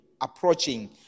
approaching